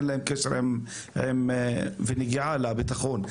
אין להם קשר ונגיעה לביטחון,